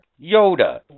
Yoda